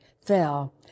fell